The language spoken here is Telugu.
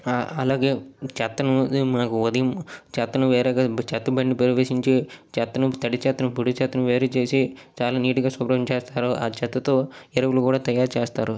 అలాగే చెత్తను మాకు ఉదయం చెత్తను వేరేగా చెత్త బండి ప్రవేశించి చెత్తను తడి చెత్తను పొడి చెత్తను వేరు చేసి చాలా నీట్గా శుభ్రం చేస్తారు ఆ చెత్తతో ఎరువులు కూడా తయారు చేస్తారు